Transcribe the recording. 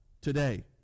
Today